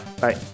bye